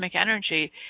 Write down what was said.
energy